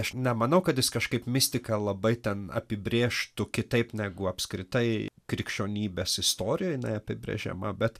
aš nemanau kad jis kažkaip mistika labai ten apibrėžtų kitaip negu apskritai krikščionybės istorijoj jinai neapibrėžiama bet